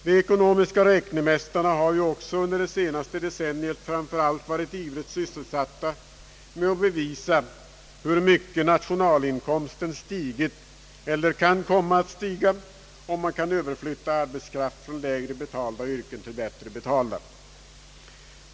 De ekonomiska räknemästarna har också under det senaste decenniet framför allt varit ivrigt sysselsatta med att bevisa hur mycket nationalinkomsten stigit eller kan komma att stiga, om man kan överflytta arbetskraft från lägre betalda yrken till bättre betalda.